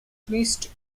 finished